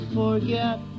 forget